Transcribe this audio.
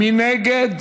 מי נגד?